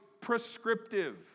prescriptive